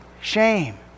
shame